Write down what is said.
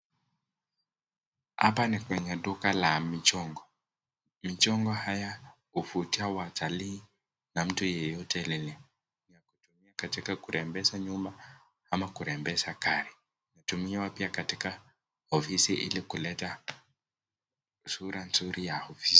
Hapa ni kwenye duka la michogo, michongo haya huvutia watalii na mtu yeyote anaweza kutumia au kurembesha nyumba, ama kurembesha gari, inatumiwa pia kwa ofisi ili kuleta sura nzuri ya ofisi.